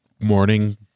morning